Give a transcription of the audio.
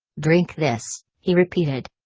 drink this, he repeated.